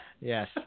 Yes